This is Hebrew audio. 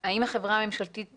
האם החברה הממשלתית,